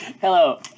Hello